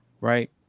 right